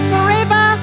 Forever